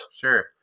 Sure